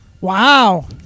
Wow